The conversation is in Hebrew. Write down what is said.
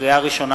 לקריאה ראשונה,